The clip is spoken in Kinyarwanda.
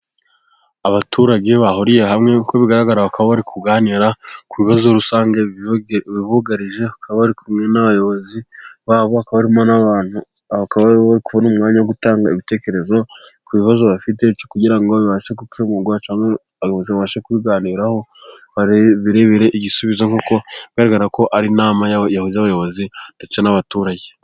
Abaturage bahuriye hamwe, uko bigaragara bakaba bari kuganira ku bibazo rusange bibugarije, bakaba bari kumwe n'abayobozi babo, barimo n'abantu bari kubona umwanya wo gutanga ibitekerezo ku bibazo bafite, kugira ngo bibashe gukemurwa abayobozi babashe kubiganiraho barebere igisubizo, nk'uko bigaragara ko ari inama y'abayobozi ndetse n'abaturage.